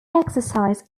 exercise